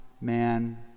man